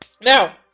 now